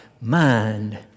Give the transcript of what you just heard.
mind